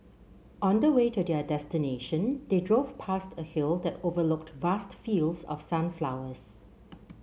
on the way to their destination they drove past a hill that overlooked vast fields of sunflowers